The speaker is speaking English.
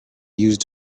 used